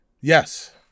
Yes